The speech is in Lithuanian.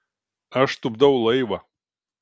aš tupdau laivą